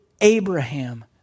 Abraham